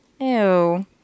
Ew